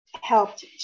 helped